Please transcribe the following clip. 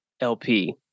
LP